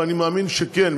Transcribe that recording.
אבל אני מאמין שכן,